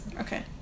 Okay